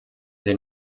den